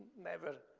never.